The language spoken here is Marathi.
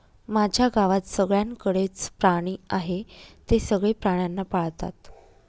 माझ्या गावात सगळ्यांकडे च प्राणी आहे, ते सगळे प्राण्यांना पाळतात